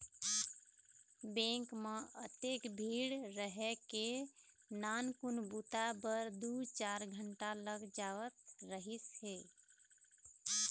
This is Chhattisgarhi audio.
बेंक म अतेक भीड़ रहय के नानकुन बूता बर दू चार घंटा लग जावत रहिस हे